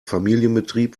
familienbetrieb